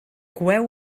coeu